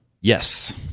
yes